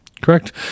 Correct